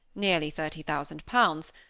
nearly thirty thousand pounds,